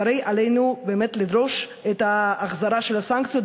אז הרי עלינו באמת לדרוש את ההחזרה של הסנקציות